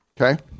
Okay